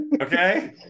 okay